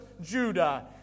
Judah